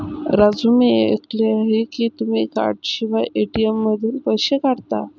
राजू मी ऐकले आहे की तुम्ही कार्डशिवाय ए.टी.एम मधून पैसे काढता